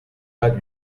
pas